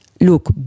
look